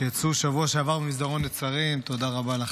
שיצאו בשבוע שעבר ממסרון נצרים, תודה רבה לכם.